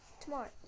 tomorrow